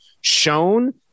shown